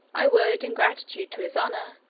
i would, in gratitude to his honour,